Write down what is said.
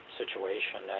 situation